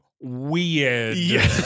Weird